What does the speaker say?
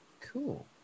cool